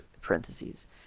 parentheses